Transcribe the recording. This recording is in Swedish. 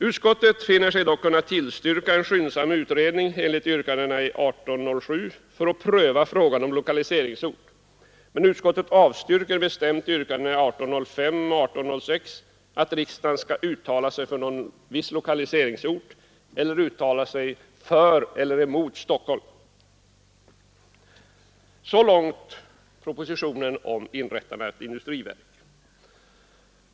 Utskottet anser sig kunna tillstyrka en skyndsam utredning enligt yrkandena i motionen 1807 för att pröva frågan om lokaliseringsort, men utskottet avstyrker bestämt yrkandena i motionerna 1805 och 1806 att riksdagen skall uttala sig för någon viss lokaliseringsort eller uttala sig för eller emot Stockholm. — Så långt de motioner som väckts med anledning av propositionen om inrättande av ett industriverk.